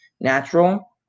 natural